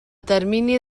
termini